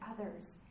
others